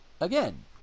Again